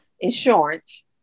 insurance